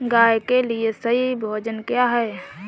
गाय के लिए सही भोजन क्या है?